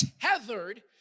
tethered